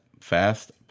fast